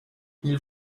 ils